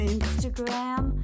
Instagram